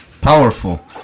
Powerful